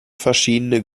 verschiedene